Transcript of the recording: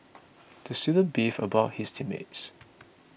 the student beefed about his team mates